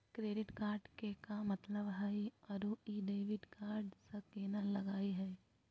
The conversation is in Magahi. क्रेडिट कार्ड के का मतलब हई अरू ई डेबिट कार्ड स केना अलग हई?